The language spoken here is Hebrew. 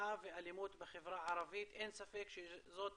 פשיעה ואלימות בחברה הערבית אין ספק שזאת